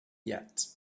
yet